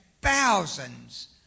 thousands